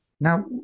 Now